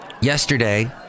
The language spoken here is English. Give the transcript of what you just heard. yesterday